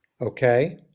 okay